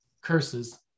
curses